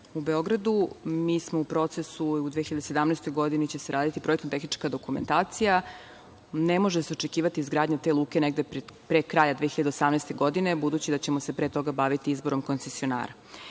u Beogradu. Mi smo u procesu, u 2017. godini će se raditi projektno-tehnička dokumentacija. Ne može se očekivati izgradnja te luke pre kraja 2018. godine, budući da ćemo se pre toga baviti izborom koncesionara. Kada